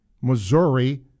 Missouri